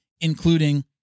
including